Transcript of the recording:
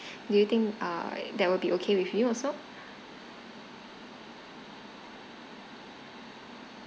do you think uh that will be okay with you also